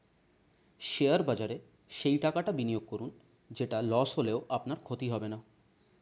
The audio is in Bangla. শেয়ার বাজারে সেই টাকাটা বিনিয়োগ করুন যেটা লস হলেও আপনার ক্ষতি হবে না